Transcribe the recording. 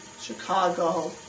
Chicago